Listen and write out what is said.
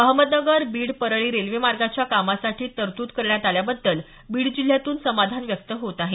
Ahmednagar Beed Parli railway मार्गाच्या कामासाठी तरतूद करण्यात आल्याबद्दल बीड जिल्ह्यातुन समाधान व्यक्त होत आहे